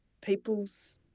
people's